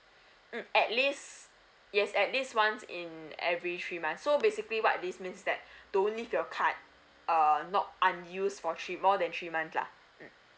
mm at least yes at least once in every three months so basically what this means that don't leave your card err not unused for three more than three months lah mm